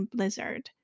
Blizzard